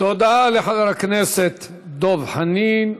תודה לחבר הכנסת דב חנין.